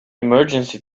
emergency